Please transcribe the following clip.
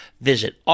visit